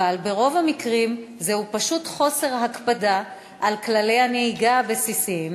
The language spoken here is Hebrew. אבל ברוב המקרים זהו פשוט חוסר הקפדה על כללי הנהיגה הבסיסיים,